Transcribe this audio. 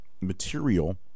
material